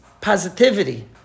positivity